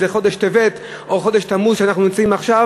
אם זה חודש טבת או חודש תמוז שאנחנו נמצאים עכשיו,